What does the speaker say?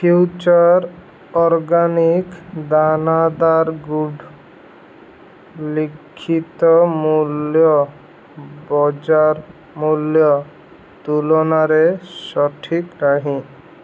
future Organics ଦାନାଦାର ଗୁଡ଼ ଲିଖିତ ମୂଲ୍ୟ ବଜାର ମୂଲ୍ୟ ତୁଳନାରେ ସଠିକ୍ ନାହିଁ